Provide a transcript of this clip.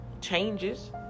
changes